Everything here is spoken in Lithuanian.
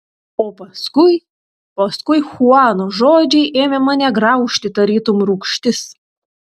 o paskui paskui chuano žodžiai ėmė mane graužti tarytum rūgštis